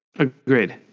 Agreed